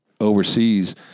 overseas